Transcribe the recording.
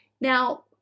Now